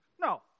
No